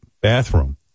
bathroom